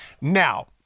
now